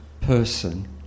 person